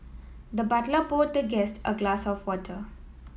the butler poured the guest a glass of water